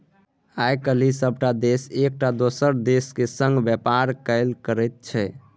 आय काल्हि सभटा देश एकटा दोसर देशक संग व्यापार कएल करैत छै